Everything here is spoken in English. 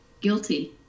guilty